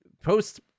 Post